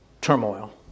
turmoil